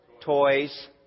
toys